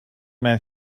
man